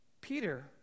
Peter